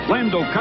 Lando